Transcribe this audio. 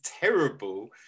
terrible